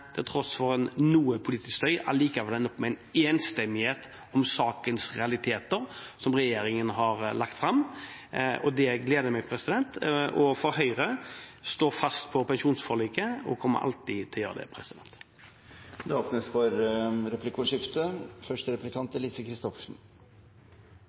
til tross for noe politisk støy ender opp med en enstemmighet om sakens realiteter, som regjeringen har lagt fram. Det gleder meg. Høyre står fast på pensjonsforliket og kommer alltid til å gjøre det. Det blir replikkordskifte.